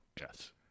Yes